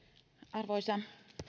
arvoisa